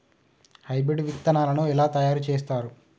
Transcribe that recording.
Hybrid విత్తనాలను ఎలా తయారు చేస్తారు?